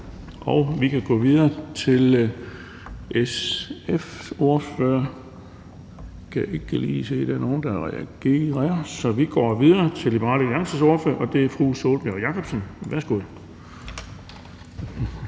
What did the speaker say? og vi kan gå videre til SF's ordfører. Jeg kan ikke lige se, at der er nogen, der reagerer, så vi går videre til Liberal Alliances ordfører, og det er fru Sólbjørg Jakobsen. Værsgo.